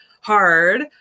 hard